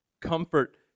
Comfort